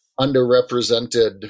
underrepresented